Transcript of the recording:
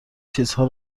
چیزها